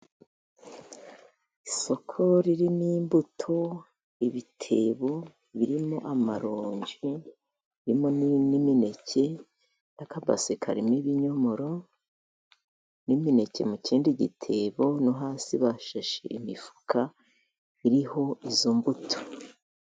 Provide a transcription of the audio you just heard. Isoko ririmo imbuto. Ibitebo birimo amaronji ririmo n'imineke n'akabase karimo ibinyomoro, n'imineke mu kindi gitebo no hasi bashashe imifuka iriho izo mbuto.